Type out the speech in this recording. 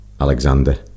Alexander